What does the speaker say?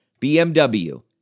BMW